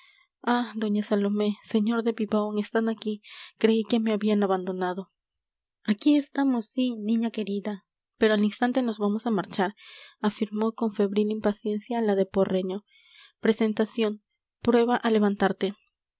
doña salomé sr de pipaón están aquí creí que me habían abandonado aquí estamos sí niña querida pero al instante nos vamos a marchar afirmó con febril impaciencia la de porreño presentación prueba a levantarte